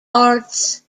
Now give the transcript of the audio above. arts